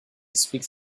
speaks